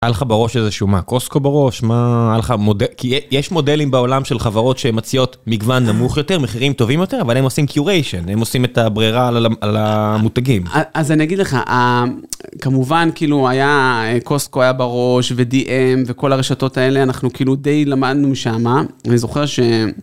היה לך בראש איזשהו קוסקו בראש מה היה? כי יש מודלים בעולם של חברות שמציעות מגוון נמוך יותר, מחירים טובים יותר אבל הם עושים קיוריישן והם עושים את הברירה על המותגים אז אני אגיד לך כמובן כאילו היה קוסקו היה בראש וDM וכל הרשתות האלה אנחנו כאילו די למדנו שמה אני זוכר ש